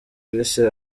bise